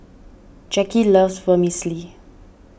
Jacki loves Vermicelli